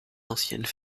anciennes